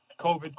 COVID